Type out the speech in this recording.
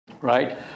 Right